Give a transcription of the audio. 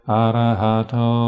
arahato